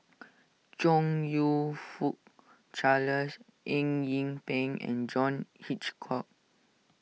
Chong You Fook Charles Eng Yee Peng and John Hitchcock